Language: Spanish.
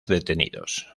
detenidos